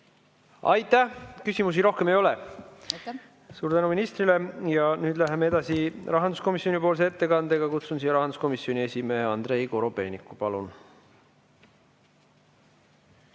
Aitäh! Küsimusi rohkem ei ole. Suur tänu ministrile! Ja nüüd läheme edasi rahanduskomisjoni ettekandega. Kutsun siia rahanduskomisjoni esimehe Andrei Korobeiniku. Palun!